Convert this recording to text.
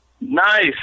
Nice